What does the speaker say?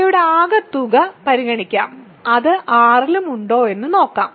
അവയുടെ ആകെത്തുക പരിഗണിക്കാം അത് R ലും ഉണ്ടോ എന്ന് നോക്കാം